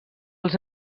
els